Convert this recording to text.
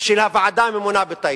של הוועדה הממונה בטייבה,